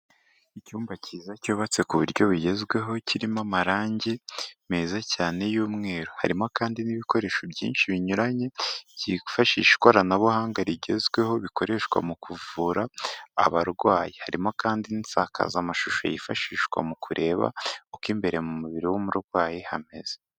Icyumba cyiza cyubatse ku buryo bugezweho, kirimo amarange meza cyane y'umweru, harimo kandi n'ibikoresho byinshi binyuranye, byifashisha ikoranabuhanga rigezweho, bikoreshwa mu kuvura abarwayi. Harimo kandi n'insakazamashusho yifashishwa mu kureba uko imbere mu mubiri w'umurwayi hameze.